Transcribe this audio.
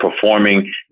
performing